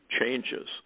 changes